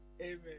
amen